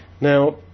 now